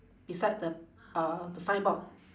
beside the uh the signboard